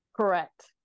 Correct